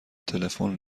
تلفن